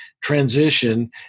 transition